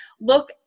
look